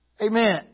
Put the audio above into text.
Amen